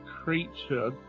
creature